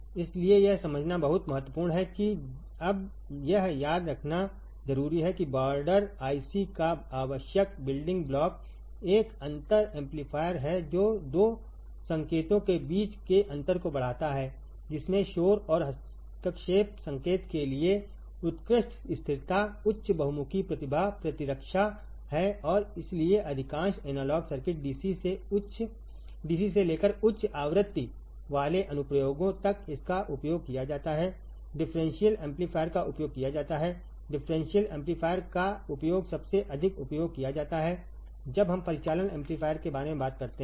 इसलिए यह समझना बहुत महत्वपूर्ण है कि अब यह याद रखना जरूरी है कि बॉर्डर आईसी का आवश्यक बिल्डिंग ब्लॉक एक अंतरएम्प्लीफ़ायर है जो 2 संकेतों के बीच के अंतर को बढ़ाता है जिसमें शोर और हस्तक्षेप संकेत के लिए उत्कृष्ट स्थिरता उच्च बहुमुखी प्रतिभा प्रतिरक्षा है और इसलिए अधिकांश एनालॉग सर्किट डीसी से लेकर उच्च आवृत्ति वाले अनुप्रयोगों तक इसका उपयोग कियाजाता है डिफरेंशियल एम्पलीफायर का उपयोग किया जाता है डिफरेंशियल एम्पलीफायर का उपयोग सबसे अधिक उपयोग किया जाता है जब हम परिचालन एम्पलीफायर के बारे में बात करते हैं